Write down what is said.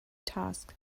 task